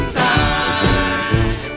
time